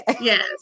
Yes